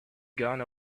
gone